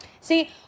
See